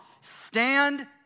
stand